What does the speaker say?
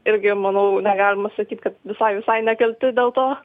irgi manau negalima sakyt kad visai visai nekalti dėl to